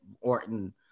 Orton